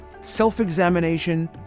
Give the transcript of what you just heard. self-examination